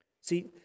See